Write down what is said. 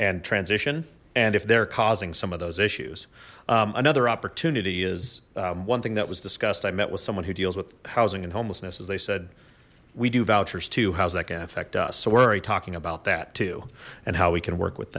and transition and if they're causing some of those issues another opportunity is one thing that was discussed i met with someone who deals with housing and homelessness as they said we do vouchers how's that gonna affect us so we're already talking about that and how we can work with